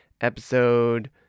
episode